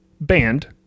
band